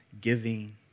giving